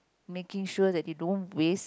making sure that they don't waste